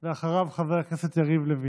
אחריו, חבר הכנסת יריב לוין.